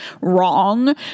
wrong